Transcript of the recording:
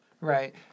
Right